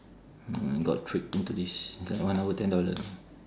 got trick into this inside one hour ten dollar